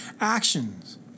actions